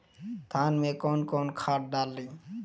धान में कौन कौनखाद डाली?